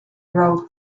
wrote